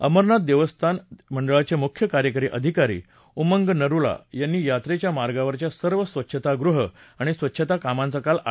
अमरनाथ देवस्थान मंडळाचे मुख्य कार्यकारी अधिकारी उमंग नरुला यांनी यात्रेच्या मार्गावरच्या सर्व स्वच्छतागृह आणि स्वच्छता कामांचा काल आढावा घेतला